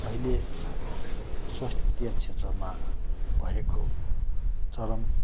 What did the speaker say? अहिले स्वास्थ्य क्षेत्रमा भएको चरम